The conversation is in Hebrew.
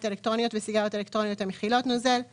אלקטרוניות וסיגריות אלקטרוניות המכילות נוזל";